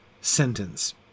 sentence